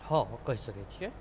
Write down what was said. भाव कहि सकै छियै